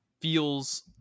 feels